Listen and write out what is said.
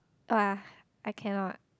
!wah! I cannot